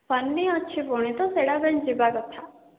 ଫନି ଅଛି ପୁଣି ତ ସେଇଟା ପାଇଁ ଯିବା କଥା